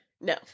No